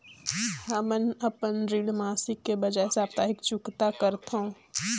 हमन अपन ऋण मासिक के बजाय साप्ताहिक चुकता करथों